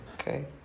okay